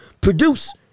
produce